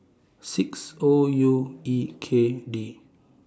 six O U E K D